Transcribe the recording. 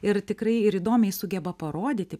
ir tikrai ir įdomiai sugeba parodyti